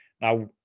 Now